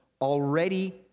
already